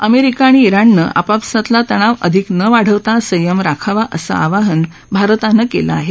America आणि इराणनं आपसातला तणाव अधिक न वाढवता संयम राखावा असं आवाहन भारतानं केलं आहे